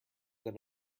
than